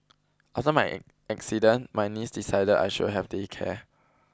after my accident my niece decided that I should have day care